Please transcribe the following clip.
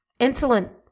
insulin